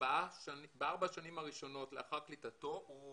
בארבע השנים הראשונות לאחר קליטתו הוא